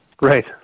Right